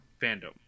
fandom